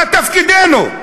מה תפקידנו?